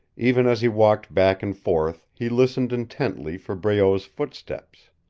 even as he walked back and forth he listened intently for breault's footsteps.